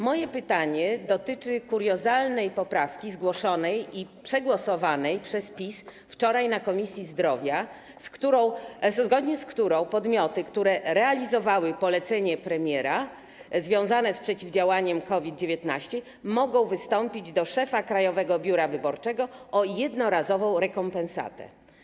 Moje pytanie dotyczy kuriozalnej poprawki zgłoszonej i przegłosowanej przez PiS wczoraj w Komisji Zdrowia, poprawki, zgodnie z którą podmioty, które realizowały polecenie premiera związane z przeciwdziałaniem COVID-19, mogą wystąpić do szefa Krajowego Biura Wyborczego o jednorazową rekompensatę.